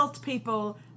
people